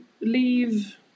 leave